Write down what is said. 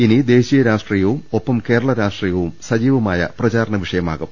ഇനി ദേശീയ രാഷ്ട്രീയവും ഒപ്പം കേരള രാഷ്ട്രീയവും സജീ വമായ പ്രചാരണ വിഷയമാകും